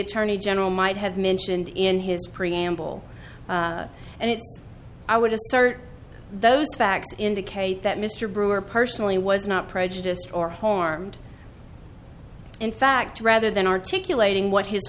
attorney general might have mentioned in his preamble and it's i would assert those facts indicate that mr brewer personally was not prejudiced or harmed in fact rather than articulating what his